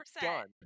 Done